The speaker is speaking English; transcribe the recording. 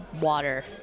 water